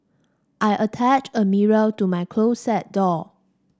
I attached a mirror to my closet door